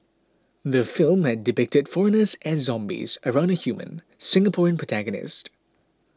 the film had depicted foreigners as zombies around a human Singaporean protagonist